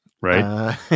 Right